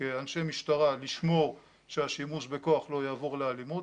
כאנשי משטרה, לשמור שהשימוש בכוח לא יעבור לאלימות